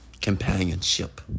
Companionship